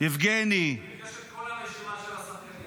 יבגני --- יש את כל הרשימה של השחקנים